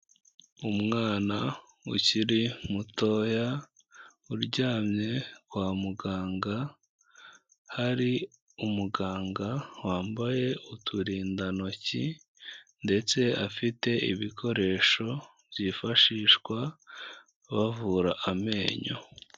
Umwana ukiri mutoya, uryamye kwa muganga, hari umuganga wambaye uturindantoki, ndetse afite ibikoresho byifashishwa bavura amenyo.